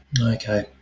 Okay